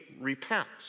repents